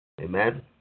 Amen